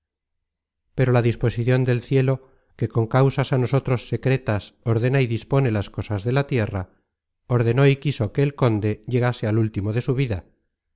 pero la disposicion del cielo que con causas á nosotros secretas ordena y dispone las cosas de la tierra ordenó y quiso que el conde llegase al último de su vida